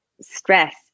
stress